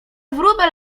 wróbel